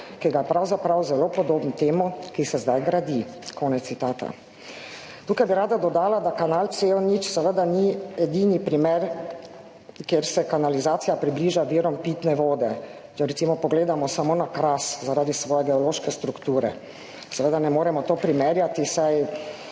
ki je pravzaprav zelo podoben temu, ki se zdaj gradi.«, konec citata. Tukaj bi rada dodala, da kanal C0 seveda ni edini primer, kjer se kanalizacija približa virom pitne vode. Če recimo pogledamo samo na Kras zaradi svoje geološke strukture. Seveda ne moremo to primerjati, saj